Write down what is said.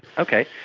okay.